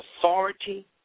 authority